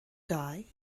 die